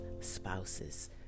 spouses